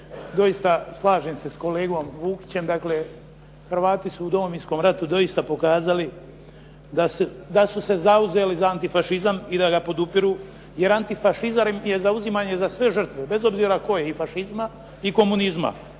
doista, slažem se s kolegom Vukićem, dakle Hrvati su u Domovinskom ratu doista pokazali da su se zauzeli za antifašizam i da ga podupiru jer antifašizam je zauzimanje za sve žrtve, bez obzira koje i fašizma i komunizma